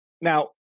Now